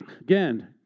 Again